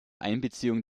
einbeziehung